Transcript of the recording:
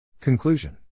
Conclusion